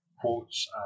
quotes